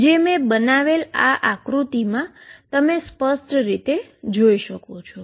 જે મે બનાવેલા આ આકૃતિમાં તમે જોઈ શકો છો